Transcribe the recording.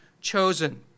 chosen